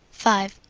five.